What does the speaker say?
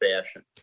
fashion